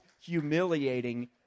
humiliating